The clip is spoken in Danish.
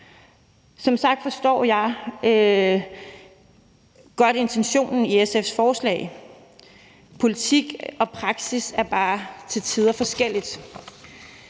Som sagt forstår jeg godt intentionen i SF's forslag. Politik og praksis er bare til tider forskellige